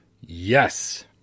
Yes